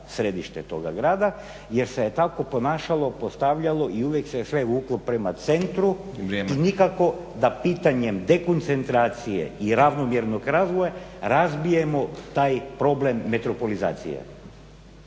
središte toga grada jer se je tako ponašalo, postavljalo i uvijek se je sve vuklo prema centru i nikako da pitanjem dekoncentracije i ravnomjernog razvoja razbijemo taj problem metropolizacije.